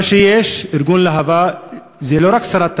מה שיש, ארגון להב"ה, זה לא רק סרטן,